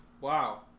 wow